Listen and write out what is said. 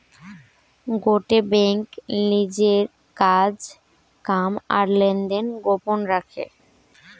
গটে বেঙ্ক লিজের কাজ কাম আর লেনদেন গোপন রাখে